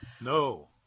No